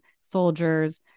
soldiers